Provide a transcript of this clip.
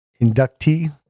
inductee